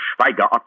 Schweiger